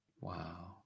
Wow